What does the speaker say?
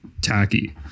tacky